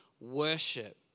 worship